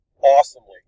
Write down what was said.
awesomely